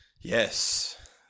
Yes